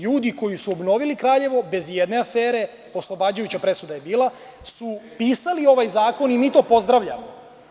Ljudi koji su obnovili Kraljevo bez ijedne afere, oslobađajuća presuda je bila, su pisali ovaj zakon, i mi to pozdravljamo.